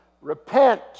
Repent